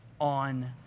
on